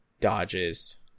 dodges